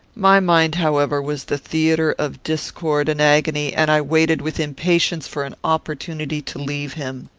my mind, however, was the theatre of discord and agony, and i waited with impatience for an opportunity to leave him.